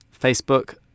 Facebook